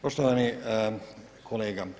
Poštovani kolega.